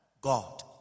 God